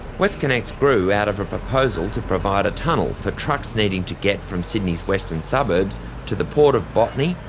westconnex grew out of a proposal to provide a tunnel for trucks needing to get from sydney's western suburbs to the port of botany,